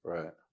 Right